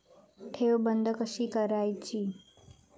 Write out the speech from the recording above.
ठेव बंद कशी करायची?